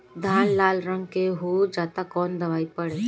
धान लाल रंग के हो जाता कवन दवाई पढ़े?